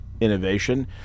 innovation